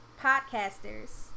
podcasters